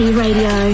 radio